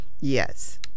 Yes